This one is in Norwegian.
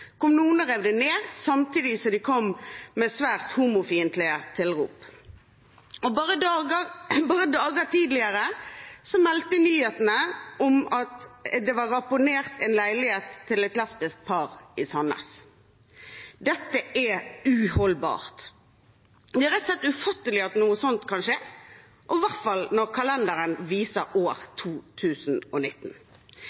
kom noen og rev det ned samtidig som de kom med svært homofiendtlige tilrop. Og bare noen dager tidligere meldte nyhetene om at leiligheten til et lesbisk par i Sandnes var blitt ramponert. Dette er uholdbart. Det er rett og slett ufattelig at noe sånt kan skje, og i hvert fall når kalenderen viser år